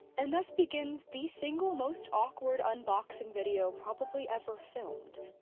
and thus begins the single most awkward unboxing video probably ever filmed.